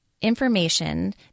information